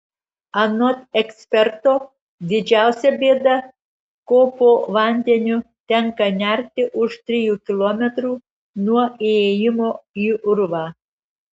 anot eksperto didžiausia bėda ko po vandeniu tenka nerti už trijų kilometrų nuo įėjimo į urvą